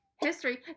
history